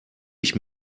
ich